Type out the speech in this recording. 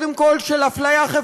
שנייה.